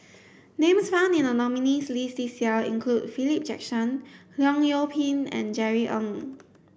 names found in the nominees' list this year include Philip Jackson Leong Yoon Pin and Jerry Ng